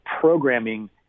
programming